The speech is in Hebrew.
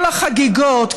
כל החגיגות,